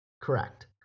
Correct